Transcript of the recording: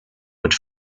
would